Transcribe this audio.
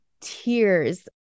tears